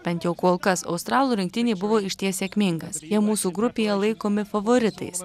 bent jau kol kas australų rinktinei buvo išties sėkmingas jie mūsų grupėje laikomi favoritais